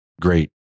great